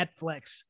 Netflix